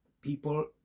people